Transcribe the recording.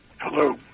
Hello